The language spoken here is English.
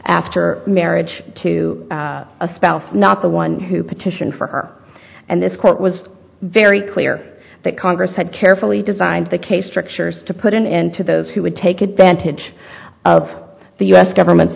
after marriage to a spouse not the one who petition for her and this court was very clear that congress had carefully designed the case strictures to put an end to those who would take advantage of the u s government's